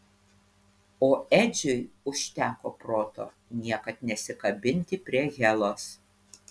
o edžiui užteko proto niekad nesikabinti prie helos